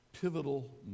pivotal